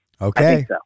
Okay